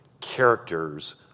characters